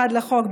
לחוק,